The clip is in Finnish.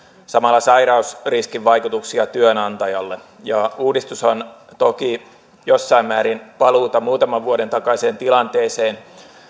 samalla sairausriskin vaikutuksia työnantajalle uudistus on toki jossain määrin paluuta muutaman vuoden takaiseen tilanteeseen